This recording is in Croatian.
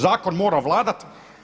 Zakon mora vladat.